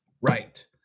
right